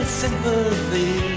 sympathy